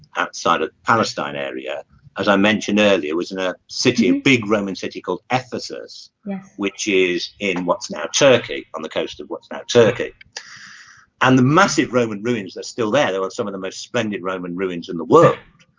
outside of palestine area as i mentioned earlier it was in a city in big roman city called ephesus which is in what's now turkey on the coast of what's that circuit and the massive roman ruins that still there there were some of the most splendid roman ruins in the world